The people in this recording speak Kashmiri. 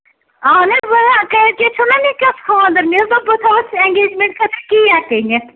اَہن حظ وۄنۍ کٲلکیتھ چھُنہ نِکس خانٛدر مےٚ حظ دوٚپ بہٕ تھوس انٛگیجمٮ۪نٛٹ خٲطرٕ کیک أنِتھ